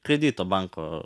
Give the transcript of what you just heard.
kredito banko